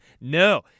No